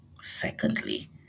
Secondly